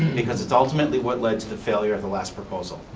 because it's ultimately what lead to the failure of the last proposal.